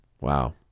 Wow